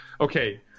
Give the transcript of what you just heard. okay